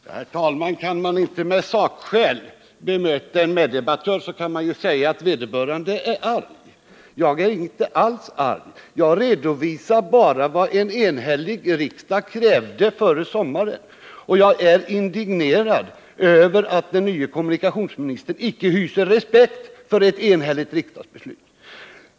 Herr talman! Kan man inte bemöta en meddebattör med sakskäl, så kan man ju säga att vederbörande är arg. Jag är inte alls arg. Jag redovisar bara vad en enhällig riksdag krävde före sommaren. Jag är indignerad över att den nye kommunikationsministern icke hyser respekt för ett enhälligt riksdagsbeslut.